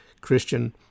Christian